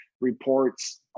reports